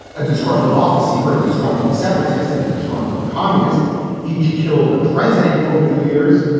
a disgruntled office seeker, a disgruntled separatist and a disgruntled communist each killed a president. over the years.